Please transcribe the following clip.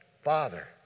father